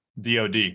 DOD